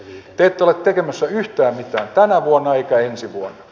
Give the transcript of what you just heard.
te ette ole tekemässä yhtään mitään tänä vuonna ettekä ensi vuonna